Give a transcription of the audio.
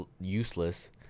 useless